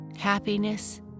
happiness